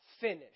finish